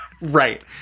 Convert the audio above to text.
Right